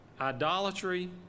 idolatry